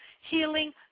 Healing